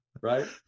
Right